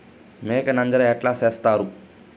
మేక నంజర ఎట్లా సేస్తారు?